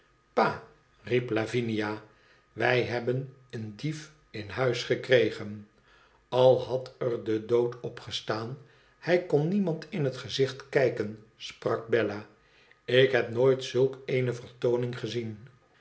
pa riep lavinia i wij hebben een diefin huis gekregen al had er de dood op gestaan hij kon niemand in het gezicht kijken i sprak bella ik heb nooit zulk eene vertooning gezien